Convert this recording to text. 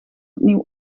opnieuw